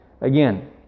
again